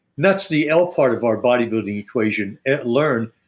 that's the l part of our body building equation. and learn,